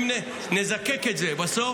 אם נזקק את זה בסוף,